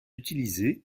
utilisés